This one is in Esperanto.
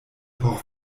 por